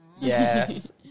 Yes